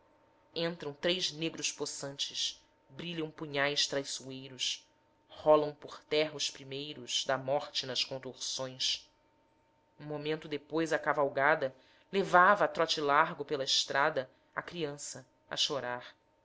entram três negros possantes brilham punhais traiçoeiros rolam por terra os primeiros da morte nas contorções um momento depois a cavalgada levava a trote largo pela estrada a criança a chorar